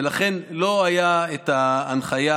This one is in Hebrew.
ולכן לא הייתה את ההנחיה,